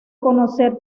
conocer